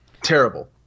Terrible